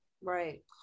right